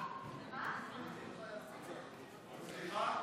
הבלתי-חוקיים (תיקוני חקיקה) (הוראת שעה),